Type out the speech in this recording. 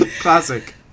Classic